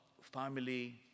family